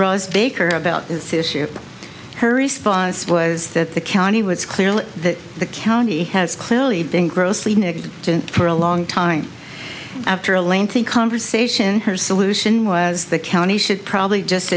rose baker about this issue her response was that the county was clearly that the county has clearly been grossly negligent for a long time after a lengthy conversation her solution was the county should probably just